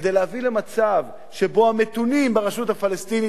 כדי להביא למצב שבו המתונים ברשות הפלסטינית,